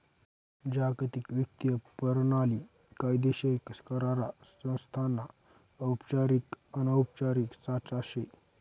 जागतिक वित्तीय परणाली कायदेशीर करार संस्थासना औपचारिक अनौपचारिक साचा शे